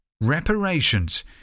Reparations